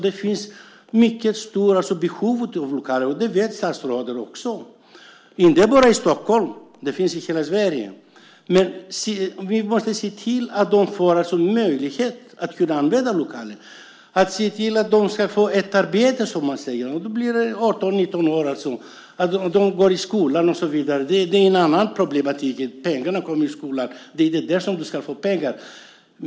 Det finns mycket stora behov av lokaler, som statsrådet också vet, inte bara i Stockholm utan i hela Sverige. Vi måste se till att de får möjlighet att använda lokaler. Vi måste se till att de får arbete. Det gäller dem som är 18 och 19 år. När de går i skolan är det ett annat problem att ge pengar.